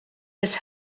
was